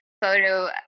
photo